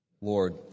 Lord